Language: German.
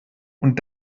und